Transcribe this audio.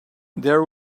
there